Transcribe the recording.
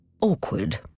awkward